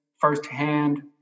firsthand